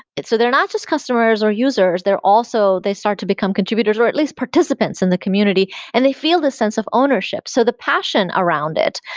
so they're not just customers or users. they're also they start to become contributors or at least participants in the community and they feel this sense of ownership. so the passion around it,